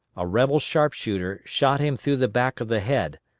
a rebel sharpshooter shot him through the back of the head,